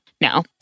No